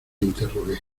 interrogué